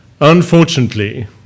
Unfortunately